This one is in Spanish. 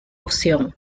opción